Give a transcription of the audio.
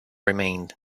remained